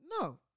No